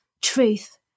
truth